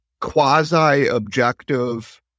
quasi-objective